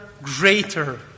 greater